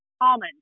Almond